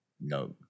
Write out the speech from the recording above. No